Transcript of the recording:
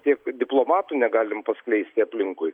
tiek diplomatų negalim paskleisti aplinkui